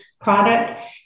product